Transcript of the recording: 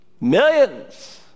millions